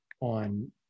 on